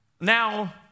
Now